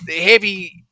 heavy